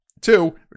Two